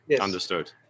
Understood